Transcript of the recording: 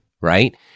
right